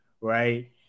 right